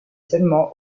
seulement